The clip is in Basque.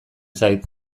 zait